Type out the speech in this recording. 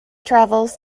travels